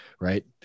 right